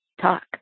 talk